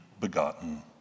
begotten